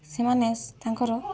ସେମାନେ ତାଙ୍କର